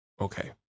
okay